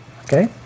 Okay